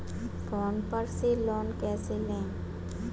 Phone पर से loan कैसे लें?